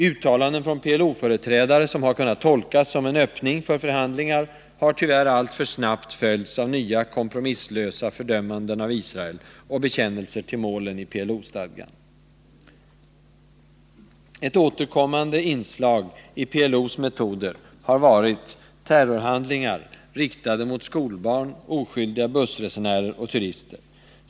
Uttalanden från PLO-företrädare, som har kunnat tolkas som en öppning för förhandlingar, har tyvärr alltför snabbt följts av nya kompromisslösa fördömanden av Israel och bekännelser till målen i PLO-stadgan. Ett återkommande inslag i PLO:s metoder har varit terrorhandlingar riktade mot skolbarn, oskyldiga bussresenärer och turister.